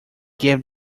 gave